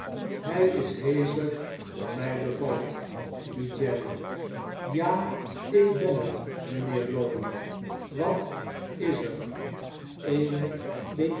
hij is heescher dan my bevalt die jerry ja ik ben het mpheer lorry wat is er a eene